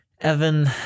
Evan